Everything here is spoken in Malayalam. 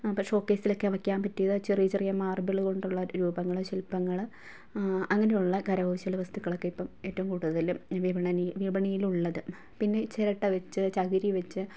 ഷോ കേസിലൊക്കെ വെയ്ക്കാൻ പറ്റിയ ചെറിയ ചെറിയ മാർബിൾ കൊണ്ടുള്ള രൂപങ്ങൾ ശില്പങ്ങൾ അങ്ങനെയുള്ള കരകൗശല വസ്തുക്കളൊക്കെ ഇപ്പോൾ ഏറ്റവും കൂടുതൽ വിപണിയിലുള്ളത് പിന്നെ ചിരട്ട വച്ച് ചകിരി വച്ച്